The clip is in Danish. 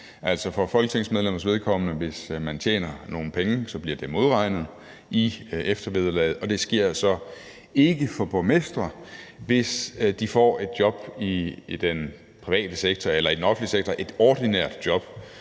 Altså, for folketingsmedlemmers vedkommende er det sådan, at hvis man tjener nogle penge, bliver det modregnet i eftervederlaget, og det sker så ikke for borgmestre, hvis de får et job i den private sektor eller i den offentlige sektor – et ordinært job